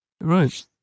Right